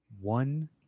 one